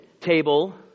table